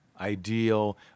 ideal